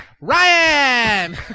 Ryan